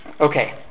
okay